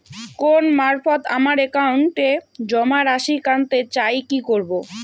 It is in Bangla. ফোন মারফত আমার একাউন্টে জমা রাশি কান্তে চাই কি করবো?